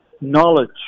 knowledge